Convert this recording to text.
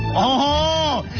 oh,